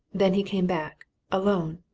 then he came back alone.